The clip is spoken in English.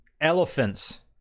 Elephants